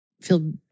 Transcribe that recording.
Feel